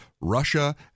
Russia